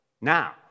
now